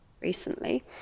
recently